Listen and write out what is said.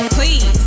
Please